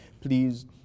please